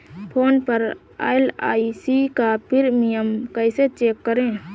Phone पर LIC का premium कैसे चेक करें?